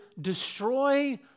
destroy